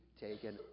taken